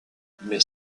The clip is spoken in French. mais